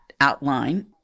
outline